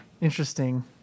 Interesting